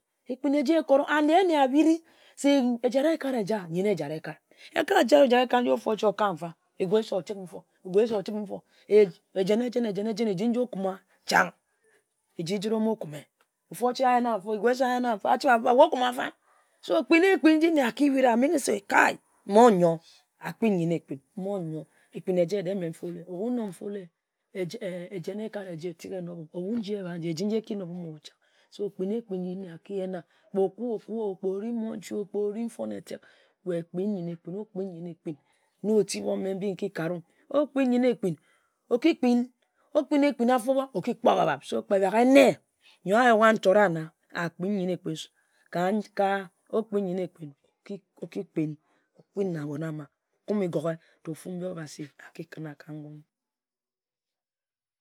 Ekpin eja ekora, de-e nne abiri se eja ekat eja, nyenni ejen ekat ekat eja emojoi ekat nji ofu ochie aka mfa, egu esi oching nfo, ejen-e jen ejen ejen eji nji okuma chang. Eji jit omokume. Ofu ochie ayenna-mfo, egu esi ayenna-nfa, achib-a beba se we okume fan? So kpin ekpin nji nne akibiri akuk se kai mon-nyor a kpi nyenne-ekpin, mon-nyor de-e mme follow ekpin ekat eji tik enob-mm, obu mme nji ehbat nji tik enob-mmo chang. So kpin ekpin nji nne aki yenna, kpe okue-okue-o, kpe ori monche, kpe ori nfonne etek, we kpin, yenne ekpin na otib omme mbi mme nki kare-un. Okpin nyenne ekpin, oki kpin, okpin ekpin afobha oki kpor babab. So kpe baghe-ne yor ayugha nchora na akpin nyenne ekpin, ka okpin nyenne ekpin okpin na abon ama okumme gog-ge ta ofu oba si akak atabe.